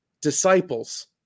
disciples